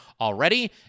already